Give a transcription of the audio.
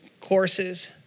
courses